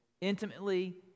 intimately